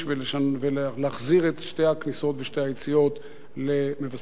ולהחזיר את שתי הכניסות ושתי היציאות למבשרת-ציון.